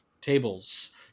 tables